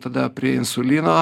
tada prie insulino